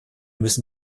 müssen